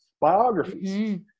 biographies